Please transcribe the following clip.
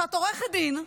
כשאת עורכת דין,